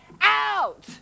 out